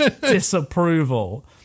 disapproval